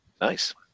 Nice